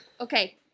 Okay